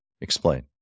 Explain